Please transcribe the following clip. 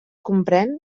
comprèn